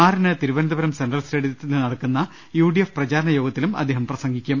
ആറിന് തിരുവനന്തപുരം സെൻട്രൽ സ്റ്റേഡിയത്തിൽ നടക്കുന്ന യുഡിഎഫ് പ്രചാരണ യോഗത്തിലും അദ്ദേഹം പ്രസംഗിക്കും